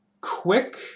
quick